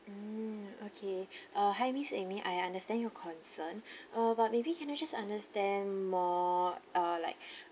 mm okay uh hi miss amy I understand your concern uh but maybe can I just understand more uh like